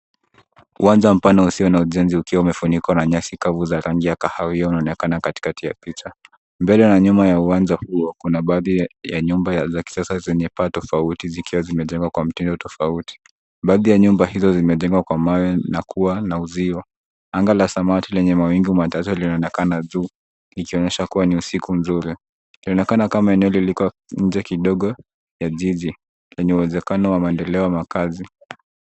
Uwanja mpana usio na ujenzi ukiwa umefunikwa na nyasi kavu za rangi ya kahawia unaonekana katikati ya picha. Mbele na nyuma ya uwanja huo kuna baadhi ya nyumba za kisasa zenye paa tofauti zikiwa zimejengwa kwa mtindo tofauti. Baadhi ya nyumba hizo zimejengwa kwa mawe na kuwa na uzio. Anga la sawati lenye mawingu machache linaonekana juu ikionyesha kuwa ni usiku nzuri. Inaonekana kama eneo liliko nje kidogo ya jiji yenye uwezekano wa maendeleo na kazi.